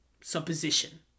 supposition